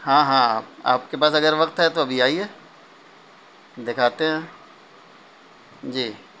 ہاں ہاں آپ کے پاس اگر وقت ہے تو ابھی آئیے دکھاتے ہیں جی